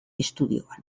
estudioan